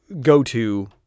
go-to